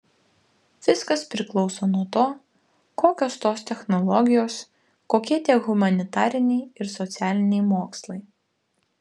viskas priklauso nuo to kokios tos technologijos kokie tie humanitariniai ir socialiniai mokslai